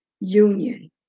union